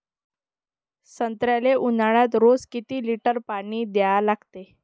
संत्र्याले ऊन्हाळ्यात रोज किती लीटर पानी द्या लागते?